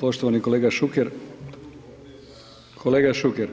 Poštovani kolega Šuker, kolega Šuker,